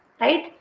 right